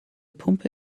pumpe